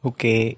Okay